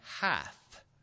half